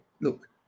Look